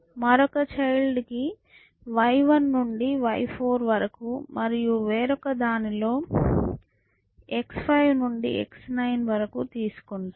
మరొక చైల్డ్ కి y1 నుండి y4 వరకు మరియు వేరొక దాని లో x5 నుండి x9 వరకు తీసుకుంటాం